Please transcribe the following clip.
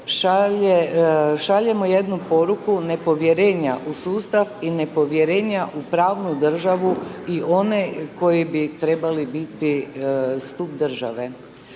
šaljemo jednu poruku nepovjerenja u sustav i nepovjerenja u pravnu državu i one koji bi trebali biti stup države.